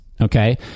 Okay